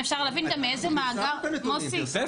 חשפנו את הנתונים.